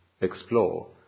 explore